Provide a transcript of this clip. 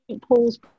Paul's